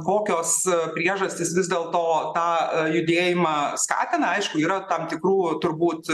kokios priežastys vis dėlto tą judėjimą skatina aišku yra tam tikrų turbūt